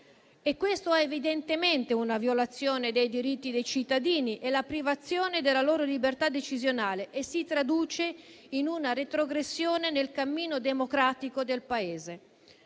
Questa è evidentemente una violazione dei diritti dei cittadini, una privazione della loro libertà decisionale, che si traduce in una retrogressione nel cammino democratico del Paese.